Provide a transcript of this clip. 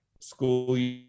school